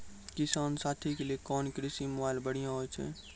किसान साथी के लिए कोन कृषि मोबाइल बढ़िया होय छै?